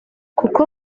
kuko